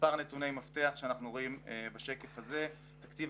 מספר נתוני מפתח שאנחנו רואים בשקף הזה: תקציב